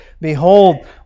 behold